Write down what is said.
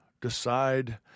decide